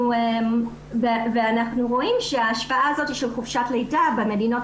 אנחנו רואים שההשפעה הזאת של חופשת לידה במדינות